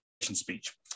speech